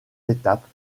étapes